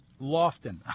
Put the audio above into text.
Lofton